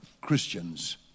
Christians